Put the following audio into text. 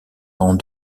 rend